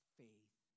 faith